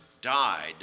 died